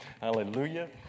Hallelujah